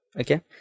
Okay